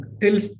Till